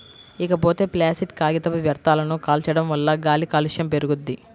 ఇకపోతే ప్లాసిట్ కాగితపు వ్యర్థాలను కాల్చడం వల్ల గాలి కాలుష్యం పెరుగుద్ది